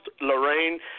Lorraine